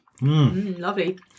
Lovely